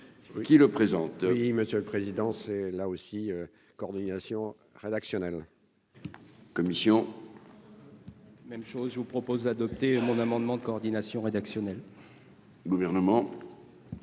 qui le présente. Oui, monsieur le président, c'est là aussi coordination rédactionnelle. Commission. Même chose, je vous propose d'adopter mon amendement de coordination rédactionnelle. Gouvernement